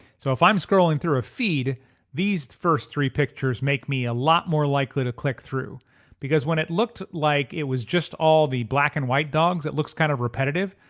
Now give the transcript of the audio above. so if i'm scrolling through a feed these first three pictures make me a lot more likely to click through because when it looked like it was just all the black-and-white dogs, that looks kind of repetitive.